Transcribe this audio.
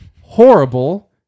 Horrible